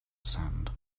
sand